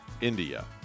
India